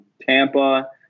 Tampa